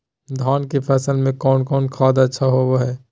धान की फ़सल में कौन कौन खाद अच्छा होबो हाय?